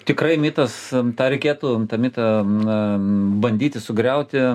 tikrai mitas tą reikėtų tą mitą na bandyti sugriauti